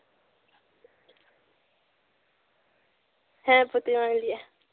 ᱦᱮᱸ ᱯᱚᱛᱤᱢᱟᱧ ᱞᱟᱹᱭᱮᱫᱼᱟ